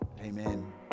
Amen